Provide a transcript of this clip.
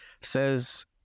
says